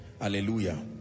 Hallelujah